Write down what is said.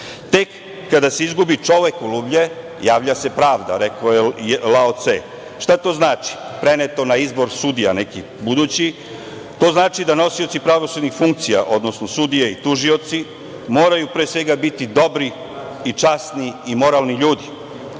kada se izbori čovekoljublje javlja se pravda, rekao je Lao Ce. Šta to znači, preneto na izbor sudija, nekih budući? To znači da nosioci pravosudnih funkcija, odnosno sudije i tužioci moraju pre svega biti dobri, časni i moralni ljudi,